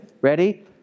Ready